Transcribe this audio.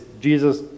Jesus